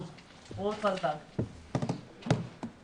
איך אנחנו הופכים מהלכה